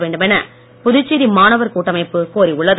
வேண்டுமென புதுச்சேரி மாணவர் கூட்டமைப்பு கோரியுள்ளது